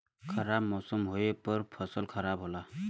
खराब मौसम होवे पर फसल खराब होला